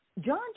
John